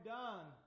done